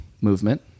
movement